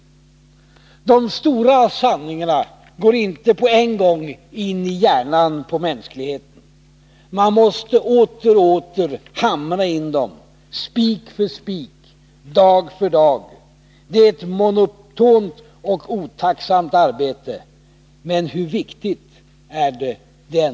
De stora sanningarna går inte på en gång in i hjärnan på mänskligheten. Man måste åter och åter hamra in dem, spik för spik, dag för dag. Det är ett monotont och otacksamt arbete, men hur viktigt är det dock!”